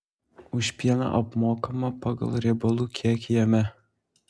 už pieną apmokama pagal riebalų kiekį jame